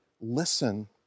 listen